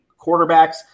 quarterbacks